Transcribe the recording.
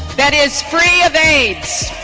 that is free of aids.